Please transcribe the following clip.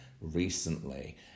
recently